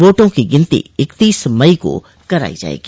वोटों की गिनती इकतीस मई को कराई जायेगी